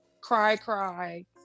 cry-cry